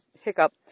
Hiccup